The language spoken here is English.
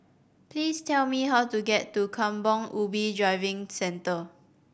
please tell me how to get to Kampong Ubi Driving Centre